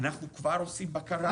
אנחנו כבר עושים בקרה.